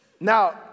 Now